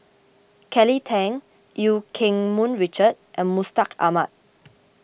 Kelly Tang Eu Keng Mun Richard and Mustaq Ahmad